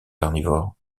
carnivore